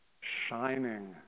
shining